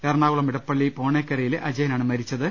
എറണാകുളം ഇടപ്പള്ളി പോണേക്കരയിലെ അജയനാണ് മരിച്ചത്